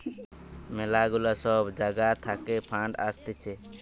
ম্যালা গুলা সব জাগা থাকে ফান্ড আসতিছে